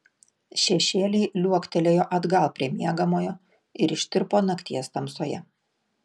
šešėliai liuoktelėjo atgal prie miegamojo ir ištirpo nakties tamsoje